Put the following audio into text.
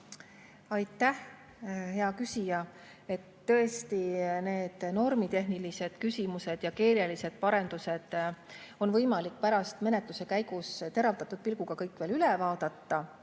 Aitäh, hea küsija! Tõesti, need normitehnilised ja keelelised küsimused on võimalik pärast menetluse käigus teravdatud pilguga veel üle vaadata.